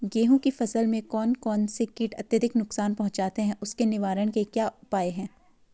गेहूँ की फसल में कौन कौन से कीट अत्यधिक नुकसान पहुंचाते हैं उसके निवारण के क्या उपाय हैं?